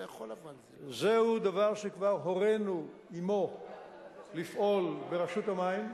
זהו דבר שכבר הורינו לפעול עמו ברשות המים.